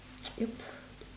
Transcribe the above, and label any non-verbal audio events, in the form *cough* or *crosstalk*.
*noise* yup